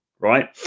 right